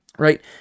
right